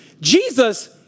Jesus